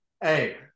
Hey